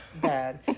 Bad